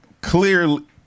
clearly